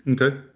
okay